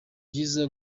byiza